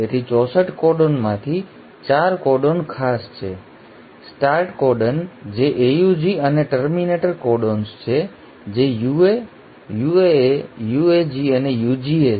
તેથી 64 કોડોનમાંથી 4 કોડોન ખાસ છે સ્ટાર્ટ કોડન જે AUG અને ટર્મિનેટર કોડોન્સ છે જે યુએ UAA UAG અને UGA છે